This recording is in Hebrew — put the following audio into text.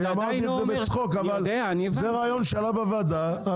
זה רעיון שעלה בוועדה,